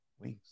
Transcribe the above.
wings